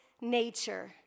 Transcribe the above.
nature